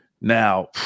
now